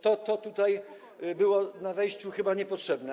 To tutaj było na wejściu chyba niepotrzebne.